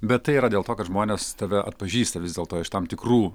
bet tai yra dėl to kad žmonės tave atpažįsta vis dėlto iš tam tikrų